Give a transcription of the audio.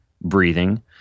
breathing